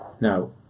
Now